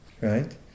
Right